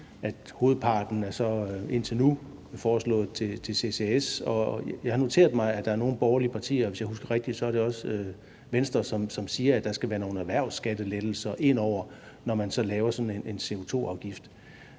hovedparten indtil nu er foreslået til CCS. Jeg har noteret mig, at der er nogle borgerlige partier – hvis jeg husker rigtigt, er det også Venstre – som siger, at der skal nogle erhvervsskattelettelser ind over, når man laver sådan en CO2-afgift.